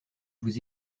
vous